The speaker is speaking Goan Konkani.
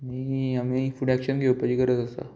आनी आमी फुडें एक्शन घेवपाची गरज आसा